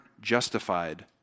justified